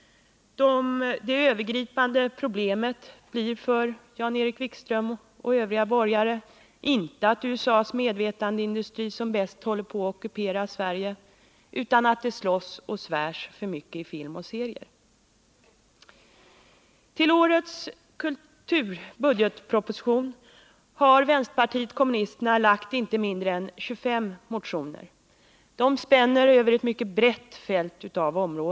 Det övergripande problemet för Jan-Erik Wikström och övriga borgare blir inte att USA:s medvetandeindustri som bäst håller på att ockupera Sverige utan att det slåss och svärs för mycket i film och serier. Med anledning av kulturdelen i årets budgetproposition har vänsterpartiet kommunisterna väckt inte mindre än 25 motioner. De spänner över ett mycket brett fält.